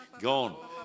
Gone